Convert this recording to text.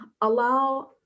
allow